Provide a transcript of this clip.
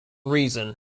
reason